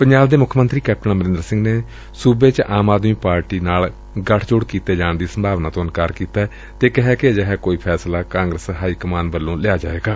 ਪੰਜਾਬ ਦੇ ਮੁੱਖ ਮੰਤਰੀ ਕੈਪਟਨ ਅਮਰਿੰਦਰ ਸਿੰਘ ਨੇ ਸੁਬੇ ਵਿਚ ਆਮ ਆਦਮੀ ਪਾਰਟੀ ਦੇ ਨਾਲ ਗਠਜੋੜ ਕੀਤੇ ਜਾਣ ਦੀ ਸੰਭਾਵਨਾ ਤੋਂ ਇਨਕਾਰ ਕੀਤਾ ਅਤੇ ਕਿਹੈਂ ਕਿ ਅਜਿਹਾ ਕੋਈ ਫੈਸਲਾ ਕਾਂਗਰਸ ਹਾਈਕਮਾਂਡ ਵੱਲੋਂ ਲਿਆ ਜਾਵੇਗਾ